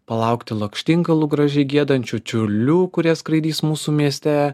palaukti lakštingalų gražiai giedančių čiurlių kurie skraidys mūsų mieste